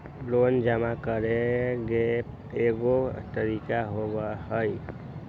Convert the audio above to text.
Loan जमा करेंगे एगो तारीक होबहई?